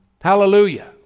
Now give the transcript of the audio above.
Hallelujah